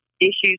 issues